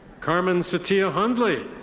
carmen satiya huntley.